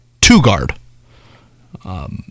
two-guard